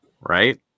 Right